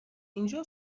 اینجا